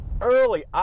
early